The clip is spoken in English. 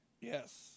Yes